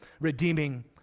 redeeming